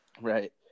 Right